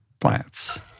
plants